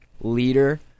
leader